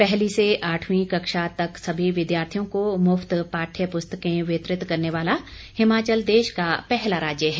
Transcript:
पहली से आठवीं कक्षा तक सभी विद्यार्थियों को मुफ्त पाठ्य पुस्तकें वितरित करने वाला हिमाचल देश का पहला राज्य है